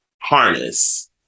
harness